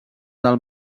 del